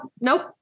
Nope